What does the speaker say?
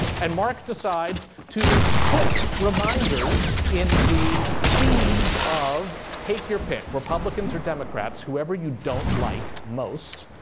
and mark decides to put reminders in the feeds of take your pick. republicans or democrats. whoever you don't like most.